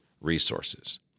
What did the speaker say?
resources